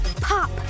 pop